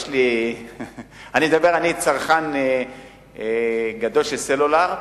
אני מדבר, אני צרכן גדול של סלולר,